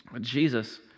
Jesus